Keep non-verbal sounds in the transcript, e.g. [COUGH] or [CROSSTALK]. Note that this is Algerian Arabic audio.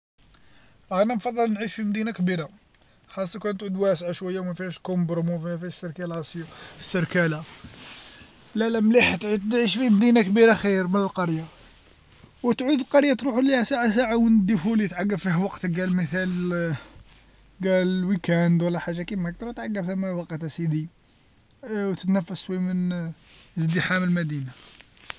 أنا نفضل نعيش في مدينه كبيره خاصة تعود واسعه شويه وما فيهاش [HESITATION] وما فيهاش لا السركله لا لا مليحه تعيد تعيش في مدينه كبيره خير من القريه وتعود القريه تروح ليها ساعه ساعه ونديفولي تعقب فيها وقتك قال مثال [HESITATION] قال ويكاند ولا حاجه كما هاك تروح ثما تعقب وقت اسيدي و تتنفش شويه من [HESITATION] إزدحام المدينه.